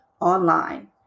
online